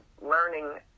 learning